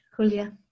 Julia